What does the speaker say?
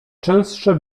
częstsze